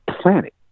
planet